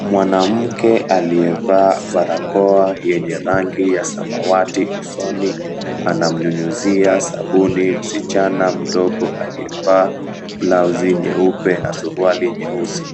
Mwanamke aliyevaa barakoa yenye rangi ya samawati usoni anamnyunyuzia sabuni msichana mdogo aliyevaa blauzi nyeupe na suruali nyeusi.